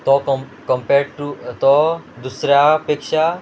तो कम compared to तो दुसऱ्या पेक्षा